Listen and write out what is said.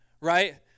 Right